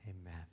Amen